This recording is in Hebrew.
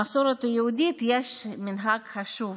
במסורת היהודית יש מנהג חשוב,